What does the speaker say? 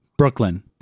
brooklyn